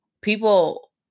people